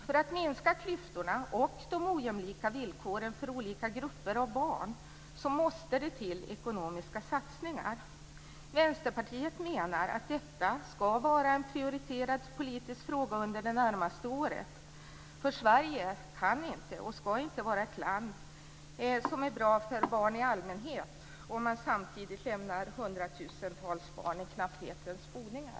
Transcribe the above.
För att minska klyftorna och komma till rätta med de ojämlika villkoren för olika grupper av barn måste det till ekonomiska satsningar. Vänsterpartiet menar att detta ska vara en prioriterad politisk fråga under det närmaste året. Sverige kan inte, och ska inte, vara ett land som är bra för barn i allmänhet om man samtidigt lämnar hundratusentals barn i knapphetens boningar.